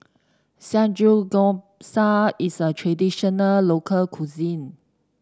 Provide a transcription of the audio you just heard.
Samgeyopsal is a traditional local cuisine